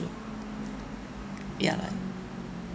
ya like